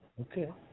Okay